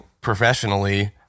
professionally